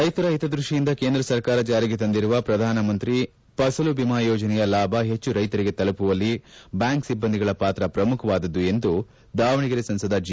ರೈತರ ಹಿತದೃಷ್ಟಿಯಿಂದ ಕೇಂದ್ರ ಸರ್ಕಾರ ಜಾರಿಗೆ ತಂದಿರುವ ಪ್ರಧಾನ ಮಂತ್ರಿ ಫಸಲ್ ಭಿಮಾ ಯೋಜನೆಯ ಲಾಭ ಹೆಚ್ಚು ರೈತರಿಗೆ ತಲುಪುವಲ್ಲಿ ಬ್ಯಾಂಕ್ ಸಿಬ್ಬಂದಿಗಳ ಪಾತ್ರ ಪ್ರಮುಖವಾದುದು ಎಂದು ದಾವಣಗೆರೆ ಸಂಸದ ಜಿ